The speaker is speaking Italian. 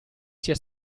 sia